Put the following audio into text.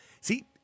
See